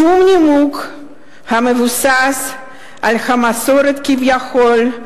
שום נימוק המבוסס על המסורת כביכול,